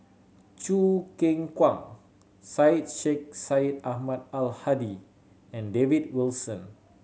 Choo Keng Kwang Syed Sheikh Syed Ahmad Al Hadi and David Wilson